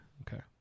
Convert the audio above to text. Okay